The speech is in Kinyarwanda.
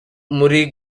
muri